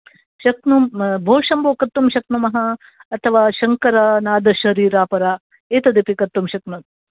शक्नुम् भो शम्भो कर्तुं शक्नुमः अथवा शङ्करनादशरीरापरा एतद् अपि कर्तुं शक्नु